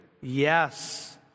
Yes